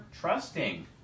trusting